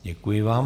Děkuji vám.